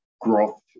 growth